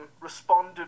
responded